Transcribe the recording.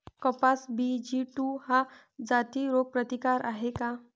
कपास BG two ह्या जाती रोग प्रतिकारक हाये का?